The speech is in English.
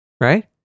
right